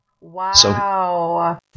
wow